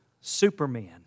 Superman